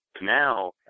Now